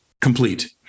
complete